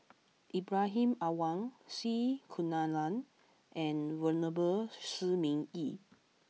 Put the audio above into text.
Ibrahim Awang C Kunalan and Venerable Shi Ming Yi